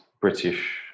British